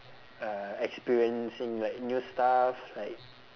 uh experiencing like new stuff like